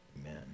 amen